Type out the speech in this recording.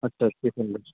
اچھا cheap and best